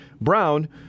Brown